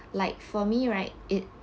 like for me right it